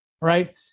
right